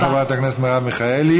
תודה לחברת הכנסת מרב מיכאלי.